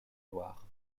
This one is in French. loire